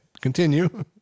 continue